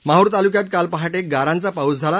माहूर तालुक्यात काल पहा गारांचा पाऊस झाला